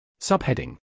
Subheading